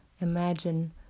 imagine